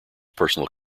personal